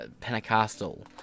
Pentecostal